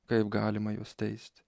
kaip galima juos teisti